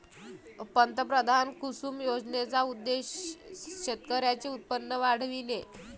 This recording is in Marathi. पंतप्रधान कुसुम योजनेचा उद्देश शेतकऱ्यांचे उत्पन्न वाढविणे